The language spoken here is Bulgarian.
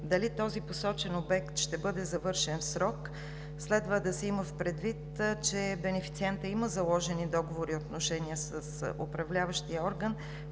дали този посочен обект ще бъде завършен в срок. Следва да се има предвид, че бенефициентът има заложени договорни отношения с Управляващия орган,